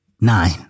nine